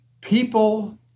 people